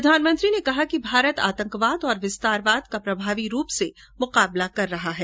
प्रधानमंत्री ने कहा कि भारत आतंकवाद और विस्तारवाद का प्रभावी रूप से मुकाबला कर रहा है